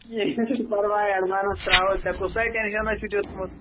کیٚنٛہہ نسا چھُنہٕ پرواے أسۍ حظ ترٛاوو ژےٚ پیٚٹھ کُس سا ٹینشناہ چھُتھ ہیٚوتمُت